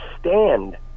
stand